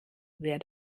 wer